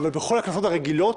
אבל בכל הכנסות הרגילות,